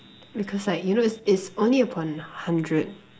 because like you know it's it's only upon hundred